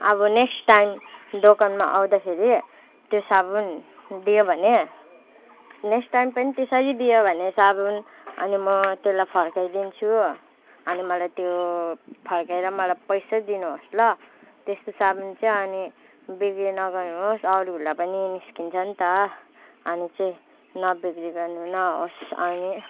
अब next time दोकानमा आउँदाखेरि त्यो साबुन दियो भने नेक्स्ट टाइम पनि त्यसरी दियो भने साबुन अनि म त्यसलाई फर्काइदिन्छु अनि मलाई त्यो फर्काएर मलाई पैसा दिनुहोस् ल त्यस्तो साबुन चाहिँ अनि बिक्री नगर्नुहोस् अरूलाई पनि निस्किन्छ नि त अनि चाहिँ नबिग्रिएको नहोस् अनि